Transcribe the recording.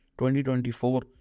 2024